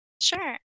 Sure